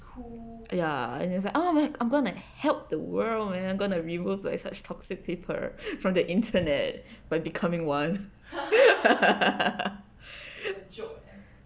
ya and it's like I'm gonna help the world man I going to remove like such toxic people from the internet by becoming one